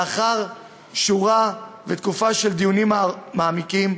לאחר שורה ותקופה של דיונים מעמיקים,